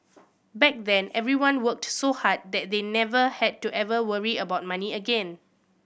back then everyone worked so hard that they never had to ever worry about money again